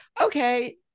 okay